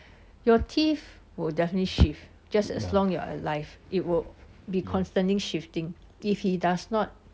your teeth will definitely shift just as long as you are alive it will be constantly shifting if he does not